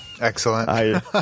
Excellent